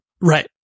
right